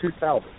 2000